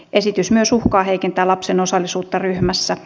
esitys myös uhkaa heikentää lapsen osallisuutta ryhmässä